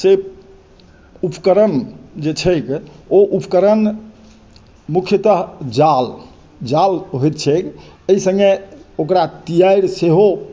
से उपकरण जे छैक ओ उपकरण मुख्यतः जाल जाल होइ छै एहि सङ्गे ओकरा तियारि सेहो